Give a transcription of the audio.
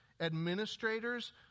administrators